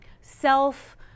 self